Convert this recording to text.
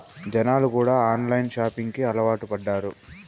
జనాలు కూడా online shopping కి అలవాటు పడ్డారు